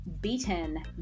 Beaten